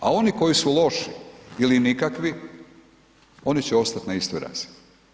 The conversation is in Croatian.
A oni koji su loši ili nikakvi, oni će ostati na istoj razini.